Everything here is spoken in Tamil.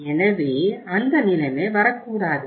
எனவே அந்த நிலைமை வரக்கூடாது